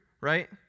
right